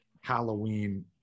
Halloween